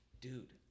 dude